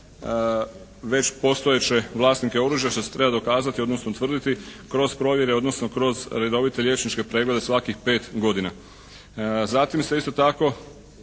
već postojeće vlasnike oružja što se treba dokazati, odnosno utvrditi kroz provjere, odnosno kroz redovite liječničke preglede svakih pet godina. Zatim se isto tako